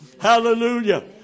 Hallelujah